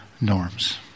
norms